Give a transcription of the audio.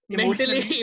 mentally